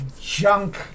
junk